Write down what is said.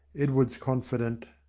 edward's confident.